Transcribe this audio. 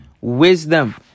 wisdom